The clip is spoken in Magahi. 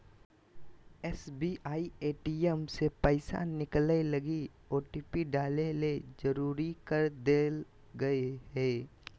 एस.बी.आई ए.टी.एम से पैसा निकलैय लगी ओटिपी डाले ले जरुरी कर देल कय हें